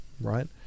right